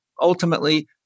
ultimately